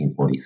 1946